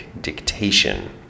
dictation